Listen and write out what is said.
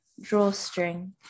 drawstring